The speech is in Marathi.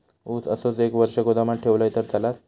ऊस असोच एक वर्ष गोदामात ठेवलंय तर चालात?